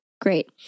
great